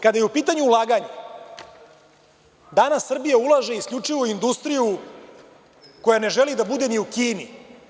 Kada je u pitanju ulaganje, danas Srbija ulaže isključivo u industriju koja ne želi da bude ni u Kini.